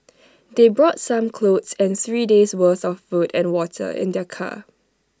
they brought some clothes and three days worth of food and water in their car